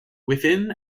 within